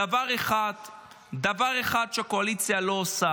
דבר אחד שהקואליציה לא עושה,